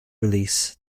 release